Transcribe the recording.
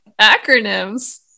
acronyms